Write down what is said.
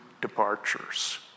departures